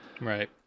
right